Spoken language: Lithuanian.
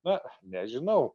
na nežinau